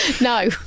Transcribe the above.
No